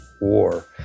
war